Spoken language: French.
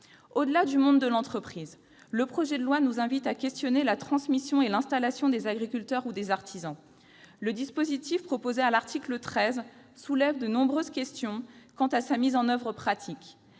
Au-delà du monde de l'entreprise, la présente proposition de loi nous invite à nous interroger sur la transmission et l'installation des agriculteurs ou des artisans. Le dispositif proposé à l'article 13 soulève de nombreuses questions quant à sa mise en oeuvre pratique.